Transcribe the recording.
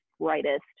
brightest